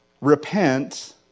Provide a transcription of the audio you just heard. Repent